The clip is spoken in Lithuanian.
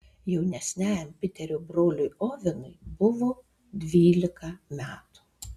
jaunesniajam piterio broliui ovenui buvo dvylika metų